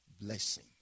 blessing